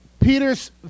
Peter's